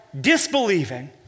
disbelieving